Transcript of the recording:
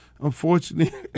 unfortunately